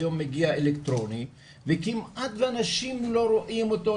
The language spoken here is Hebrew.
היום מגיע אלקטרוני וכמעט ואנשים לא רואים אותו,